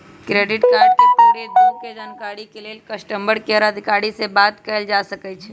credit card के पूरे दू के जानकारी के लेल कस्टमर केयर अधिकारी से बात कयल जा सकइ छइ